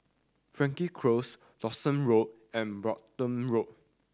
Frankel Close Dawson Road and Brompton Road